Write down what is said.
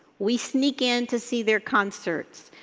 we sneak in to see their concerts,